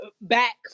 back